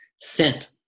sent